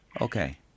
Okay